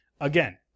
Again